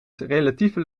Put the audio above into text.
relatieve